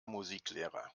musiklehrer